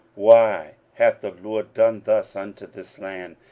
why hath the lord done thus unto this land,